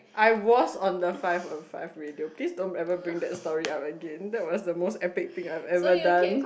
I was on the five on five radio please don't ever bring back that story out again that was the most epic things I have ever done